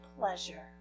pleasure